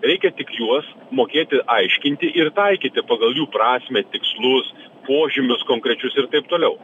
reikia tik juos mokėti aiškinti ir taikyti pagal jų prasmę tikslus požymius konkrečius ir taip toliau